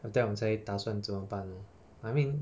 after that 我们才打算怎么办 I mean